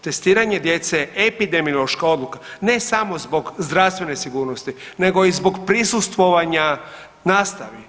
Testiranje djece je epidemiološka odluka ne samo zbog zdravstvene sigurnosti, nego i zbog prisustvovanja nastavi.